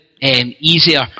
easier